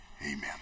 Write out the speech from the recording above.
Amen